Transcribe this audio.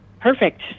perfect